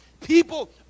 People